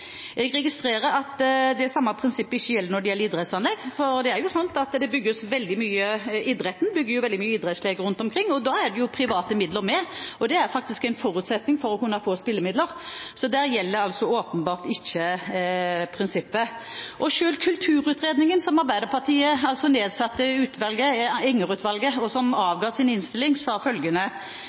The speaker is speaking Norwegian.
Jeg registrerer at det samme prinsippet ikke gjelder for idrettsanlegg, for det er jo slik at idretten bygger veldig mange idrettsanlegg rundt omkring, og da er det jo private midler med, det er faktisk en forutsetning for å kunne få kulturmidler. Så der gjelder åpenbart ikke prinsippet. Selv kulturutredningen – Arbeiderpartiet nedsatte altså Enger-utvalget, som avga sin innstilling – sa følgende: